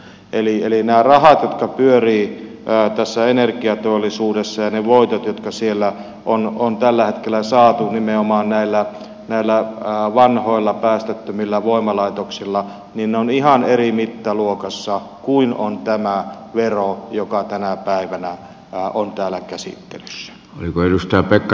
eli nämä rahat jotka pyörivät tässä energiateollisuudessa ja ne voitot jotka siellä on tällä hetkellä saatu nimenomaan näillä vanhoilla päästöttömillä voimalaitoksilla ovat ihan eri mittaluokassa kuin on tämä vero joka tänä päivänä on täällä käsittelyssä